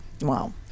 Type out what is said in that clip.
wow